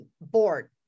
board